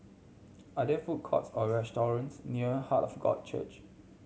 are there food courts or restaurants near Heart of God Church